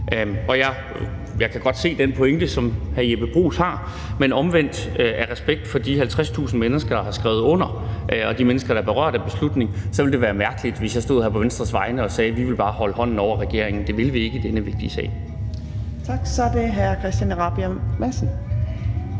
Og jeg kan godt se den pointe, som hr. Jeppe Bruus har, men omvendt, af respekt for de 50.000 mennesker, der har skrevet under, og de mennesker, der er berørt af beslutningen, ville det være mærkeligt, hvis jeg stod her på Venstres vegne og sagde, at vi bare vil holde hånden over regeringen. Det vil vi ikke i denne vigtige sag. Kl. 15:43 Fjerde næstformand